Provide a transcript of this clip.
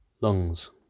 Lungs